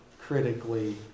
critically